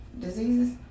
diseases